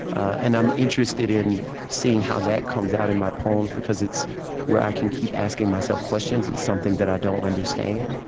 and i'm interested in seeing how that comes out in my poems, because it's where i can keep asking myself questions. it's something that i don't understand.